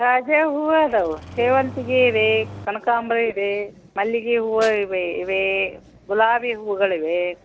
ತಾಜಾ ಹೂವು ಇದಾವೆ ಸೇವಂತಿಗೆ ಇದೆ ಕನಕಾಂಬ್ರಿ ಇದೆ ಮಲ್ಲಿಗೆ ಹೂವು ಇವೆ ಇವೇ ಗುಲಾಬಿ ಹೂವುಗಳಿವೆ